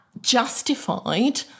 justified